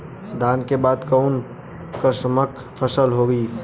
धान के बाद कऊन कसमक फसल होई?